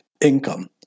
income